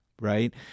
right